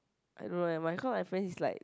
I don't know eh my course my friends is like